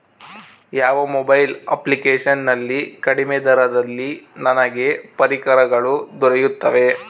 ಯಾವ mobile application ನಲ್ಲಿ ಕಡಿಮೆ ದರದಲ್ಲಿ ನನಗೆ ಪರಿಕರಗಳು ದೊರೆಯುತ್ತವೆ?